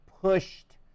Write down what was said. pushed